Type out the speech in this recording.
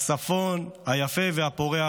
הצפון היפה והפורח,